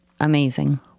Amazing